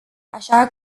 așa